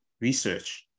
Research